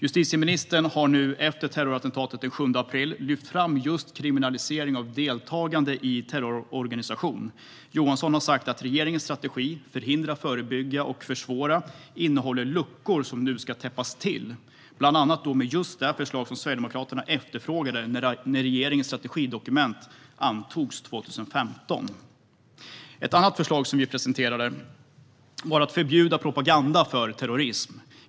Justitieministern har nu efter terrorattentatet den 7 april lyft fram just kriminalisering av deltagande i terrororganisation. Johansson har sagt att regeringens strategi Förebygga, förhindra och försvåra innehåller luckor som nu ska täppas till, bland annat med just det förslag som Sverigedemokraterna efterfrågade när regeringens strategidokument antogs 2015. Ett annat förslag som vi presenterade då var att förbjuda propaganda för terrorism.